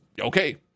okay